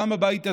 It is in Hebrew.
גם בבית הזה,